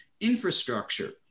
infrastructure